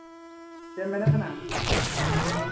ᱪᱮᱫ ᱮᱢ ᱢᱮᱱᱮᱫ ᱠᱟᱱᱟ